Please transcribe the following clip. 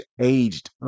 aged